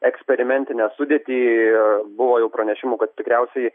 eksperimentinę sudėtį buvo jau pranešimų kad tikriausiai